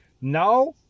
Now